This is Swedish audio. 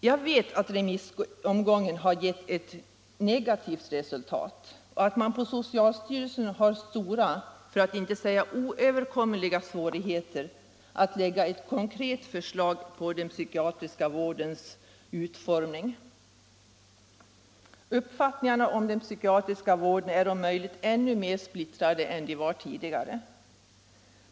Jag vet att remissomgången har givit ett så negativt resultat att socialstyrelsen har stora, för att inte säga oöverkomliga svårigheter att lägga fram ett konkret förslag rörande den psykiatriska vårdens utformning. Uppfattningarna om den psykiatriska vården är om möjligt ännu mera splittrade än de var tidigare.